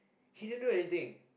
he didn't do anything